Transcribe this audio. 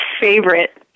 favorite